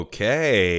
Okay